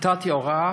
נתתי הוראה